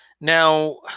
now